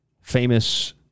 Famous